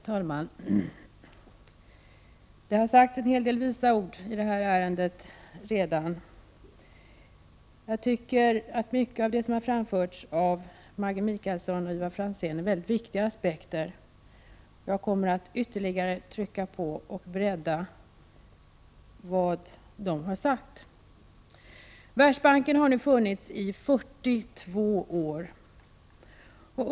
Herr talman! Det har redan sagts en hel del visa ord i det här ärendet. Mycket av det som har framförts av Maggi Mikaelsson och Ivar Franzén är viktiga aspekter, och jag kommer att ytterligare trycka på och bredda vad de har sagt. Världsbanken har nu funnits i 42 år.